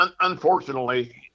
unfortunately